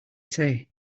say